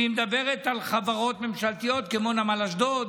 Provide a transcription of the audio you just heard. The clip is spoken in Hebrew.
והיא מדברת על חברות ממשלתיות כמו נמל אשדוד,